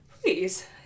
please